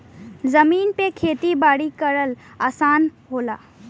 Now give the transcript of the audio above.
जमीन पे खेती बारी करल आसान होला